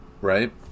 right